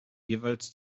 jeweils